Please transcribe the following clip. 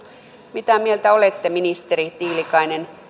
mitä mieltä olette ministeri tiilikainen